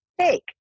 take